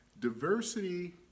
Diversity